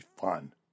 fun